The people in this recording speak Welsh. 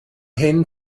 hyn